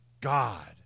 God